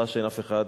ראה שאין אף אחד,